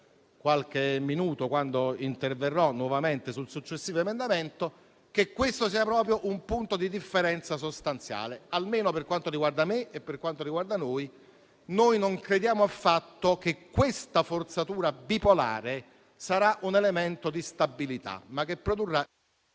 fra poco, quando interverrò nuovamente sul successivo emendamento - che questo sia proprio un punto di differenza sostanziale, almeno per quanto riguarda me e il mio Gruppo. Noi non crediamo affatto che questa forzatura bipolare sarà un elemento di stabilità.